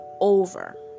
over